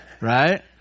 Right